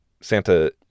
Santa